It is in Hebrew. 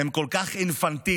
הם כל כך אינפנטיליים?"